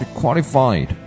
qualified